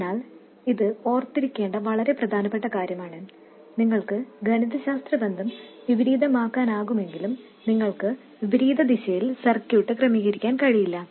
അതിനാൽ ഇത് ഓർത്തിരിക്കേണ്ട വളരെ പ്രധാനപ്പെട്ട കാര്യമാണ് നിങ്ങൾക്ക് ഗണിതശാസ്ത്ര ബന്ധം വിപരീതമാക്കാനാകുമെങ്കിലും നിങ്ങൾക്ക് വിപരീതദിശയിൽ സർക്യൂട്ട് ക്രമീകരിക്കാൻ കഴിയില്ല